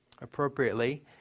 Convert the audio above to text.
appropriately